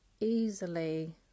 easily